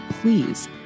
please